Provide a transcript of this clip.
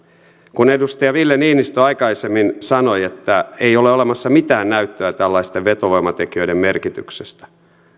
kun edustaja ville niinistö aikaisemmin sanoi että ei ole olemassa mitään näyttöä tällaisten vetovoimatekijöiden merkityksestä